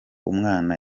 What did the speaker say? umwana